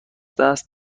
دست